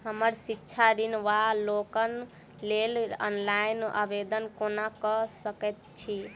हम शिक्षा ऋण वा लोनक लेल ऑनलाइन आवेदन कोना कऽ सकैत छी?